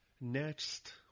Next